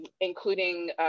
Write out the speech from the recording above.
Including